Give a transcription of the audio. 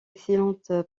excellente